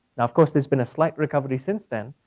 and of course, there's been a slight recovery since then,